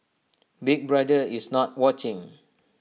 Big Brother is not watching